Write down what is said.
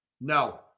No